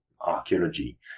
archaeology